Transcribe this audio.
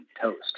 toast